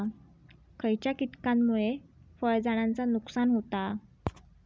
खयच्या किटकांमुळे फळझाडांचा नुकसान होता?